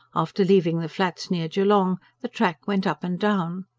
after leaving the flats near geelong, the track went up and down.